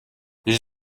his